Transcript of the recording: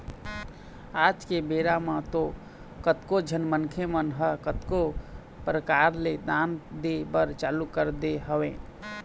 आज के बेरा म तो कतको झन मनखे मन ह कतको परकार ले दान दे बर चालू कर दे हवय